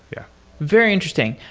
yeah very interesting.